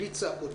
בלי צעקות,